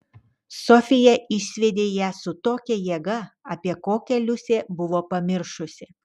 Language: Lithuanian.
sofija išsviedė ją su tokia jėga apie kokią liusė buvo pamiršusi